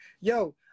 Yo